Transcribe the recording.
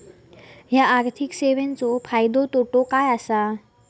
हया आर्थिक सेवेंचो फायदो तोटो काय आसा?